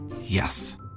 Yes